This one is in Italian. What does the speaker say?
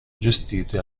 gestite